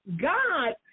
God